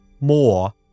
More